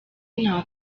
nta